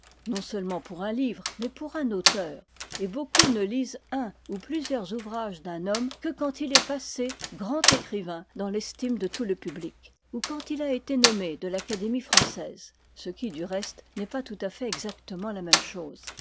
non seulement pour un livre mais pour un auteur et beaucoup ne lisent un ou plusieurs ouvrages d'un homme que quand il est passé grand écrivain dans l'estime de tout le public ou quand il a été nommé de l'académie française ce qui du reste n'est pas tout à fait exactement la même chose